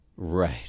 Right